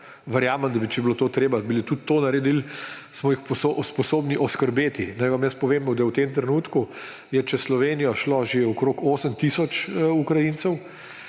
verjamem, če bi bilo to treba, bi tudi to naredili, smo jih sposobno oskrbeti. Naj vam povem, da v tem trenutku je čez Slovenijo šlo že okrog 8 tisoč Ukrajincev,